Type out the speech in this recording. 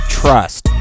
trust